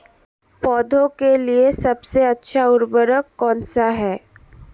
पौधों के लिए सबसे अच्छा उर्वरक कौनसा हैं?